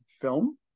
film